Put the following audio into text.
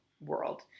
world